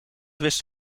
wist